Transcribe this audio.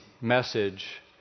message